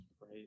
right